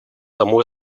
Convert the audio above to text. самой